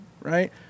right